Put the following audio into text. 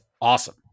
awesome